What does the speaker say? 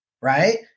right